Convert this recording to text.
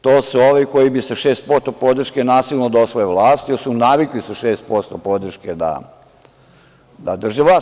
To su ovi koji bi sa 6% podrške nasilno da osvoje vlast, jer su navikli sa 6% podrške da drže vlast.